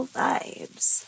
vibes